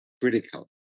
critical